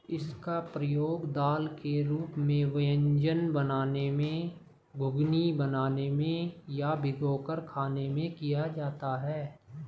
इसका प्रयोग दाल के रूप में व्यंजन बनाने में, घुघनी बनाने में या भिगोकर खाने में भी किया जाता है